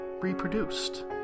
reproduced